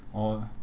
oh